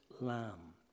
lamb